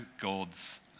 God's